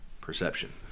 perception